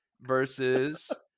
versus